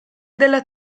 della